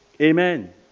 Amen